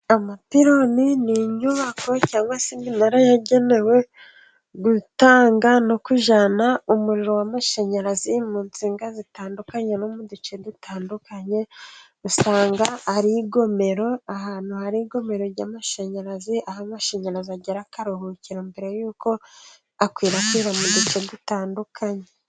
Amapironi ni inyubako cyangwa se iminara yagenewe gutanga no kujyana umuriro w'amashanyarazi mu nsinga zitandukanye no mu duce dutandukanye, usanga ari ingomero, ahantu hari ingomero y'amashanyarazi, aho amashanyarazi agera akaruhukira mbere y'uko akwirakwizwa mu duce dutandukanye.